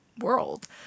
world